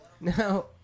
No